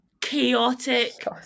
chaotic